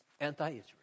anti-Israel